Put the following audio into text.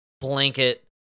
blanket